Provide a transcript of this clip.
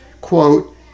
quote